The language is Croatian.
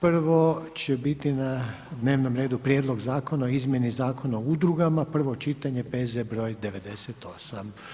Prvo će biti na dnevnom redu Prijedlog zakona o izmjeni Zakona o udrugama, prvo čitanje, P.Z. br. 98.